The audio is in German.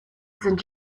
sind